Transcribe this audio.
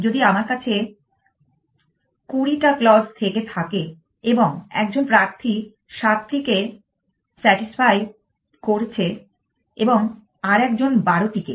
যদি আমার কাছে 20 টা ক্লজ থেকে থাকে এবং একজন প্রার্থী 7টিকে স্যাটিসফাই করেছে এবং আর একজন 12টিকে